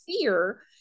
fear